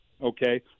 Okay